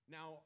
Now